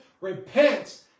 Repent